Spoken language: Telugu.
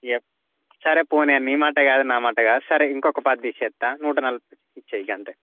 ఇక సరే పోనీ అన్న నీ మాట కాదు నా మాట కాదు సరే ఇంకొక పాద్ తీసేత్తా నూట నలభైకి ఇచ్చేయి ఇక అంతే